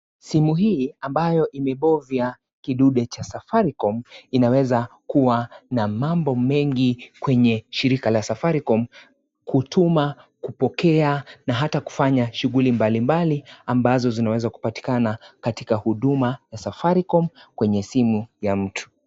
Simu hii ambayo imepovya kidude cha Safaricom inaweza kuwa na mambo mengi kwenye shirika la Safaricom kutuma, kupokea na hata kufanya shughuli mbalimbali ambazo zinaweza kupatikana katika huduma ya Safaricom kwenye simu ya mtu.